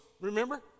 remember